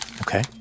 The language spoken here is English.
Okay